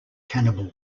cannibal